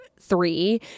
three